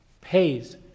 pays